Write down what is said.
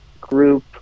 group